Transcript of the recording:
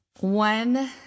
One